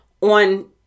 on